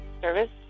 service